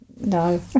No